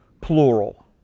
plural